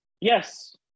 Yes